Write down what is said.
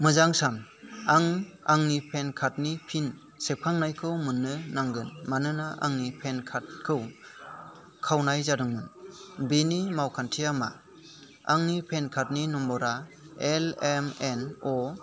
मोजां सान आं आंनि पेन कार्डनि फिन सेबखांनायखौ मोननो नांगोन मानोना आंनि पेन कार्डखौ खावनाय जादोंमोन बेनि मावखान्थिया मा आंनि पेन कार्डनि नम्बरा एलएमएनअ